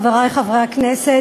חברי חברי הכנסת,